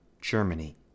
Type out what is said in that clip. Germany